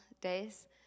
days